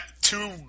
two